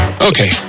Okay